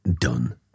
done